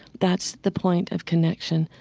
that's the point of connection.